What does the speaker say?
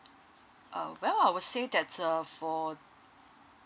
oh well I would say that uh for